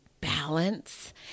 balance